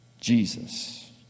Jesus